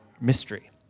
mystery